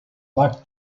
like